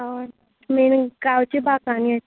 हय मेन गांवच्या भागान येत